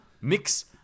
mix